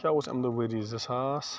کیٛاہ اوس اَمہِ دۄہ ؤری زٕ ساس